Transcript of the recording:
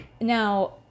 now